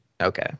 Okay